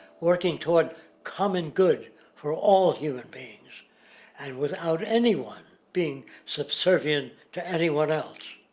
working toward common good for all human beings and without anyone being subservient to anyone else.